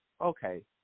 okay